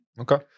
Okay